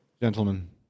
Gentlemen